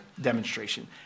demonstration